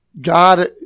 God